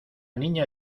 niña